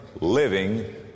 living